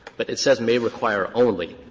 but it says may require only,